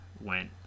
went